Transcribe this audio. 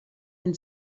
den